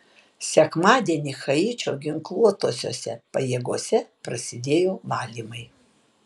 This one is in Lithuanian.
sekmadienį haičio ginkluotosiose pajėgose prasidėjo valymai